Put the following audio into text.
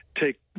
take